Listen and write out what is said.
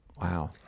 Wow